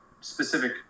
specific